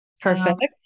Perfect